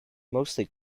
mostly